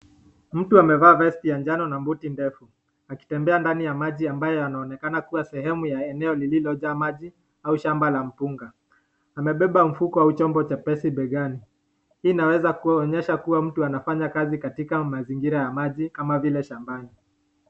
Mtu amevaa vesti ya njano na buti ndefu akitembea ndani ya maji ambayo yanaonekana kuwa sehemu ya eneo lililojaa maji au shamba la mpunga. Amebeba mfuko au chombo chepesi begani. Hii inaweza kuonyesha kuwa mtu anafanya kazi katika mazingira ya maji kama vile shambani.